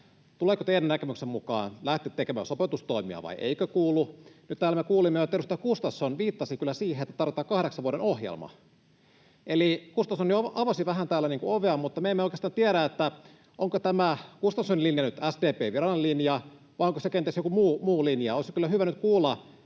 tuleeko teidän näkemyksenne mukaan lähteä tekemään sopeutustoimia vai eikö tule. Nyt me täällä jo kuulimme, että edustaja Gustafsson viittasi kyllä siihen, että tarvitaan kahdeksan vuoden ohjelma. Eli Gustafsson jo avasi vähän täällä ovea, mutta me emme oikeastaan tiedä, onko tämä Gustafssonin linja nyt SDP:n virallinen linja vai onko se kenties joku muu linja. Olisi kyllä hyvä nyt kuulla